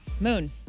Moon